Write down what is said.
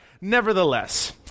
Nevertheless